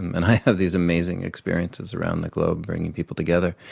and i have these amazing experiences around the globe bringing people together,